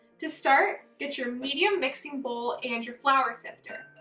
to start, get your medium mixing bowl and your flour sifter.